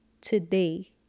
today